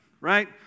right